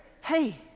hey